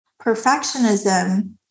perfectionism